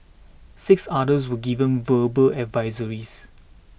six others were given verbal advisories